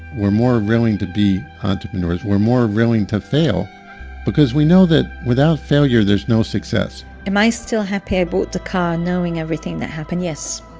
we're more willing to be entrepreneurs. we're more willing to fail because we know that without failure, there's no success am i still happy i bought the car, knowing everything that happened? yes!